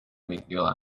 bekliyorlar